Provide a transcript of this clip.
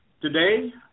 today